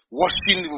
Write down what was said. washing